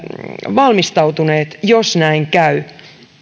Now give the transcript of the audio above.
valmistautuneet jos näin käy